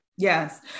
Yes